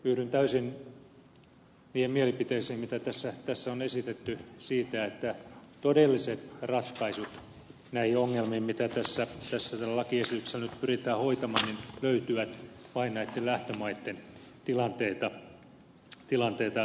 yhdyn täysin niihin mielipiteisiin mitä tässä on esitetty siitä että todelliset ratkaisut näihin ongelmiin mitä tällä lakiesityksellä nyt pyritään hoitamaan löytyvät vain näitten lähtömaitten tilanteita parantamalla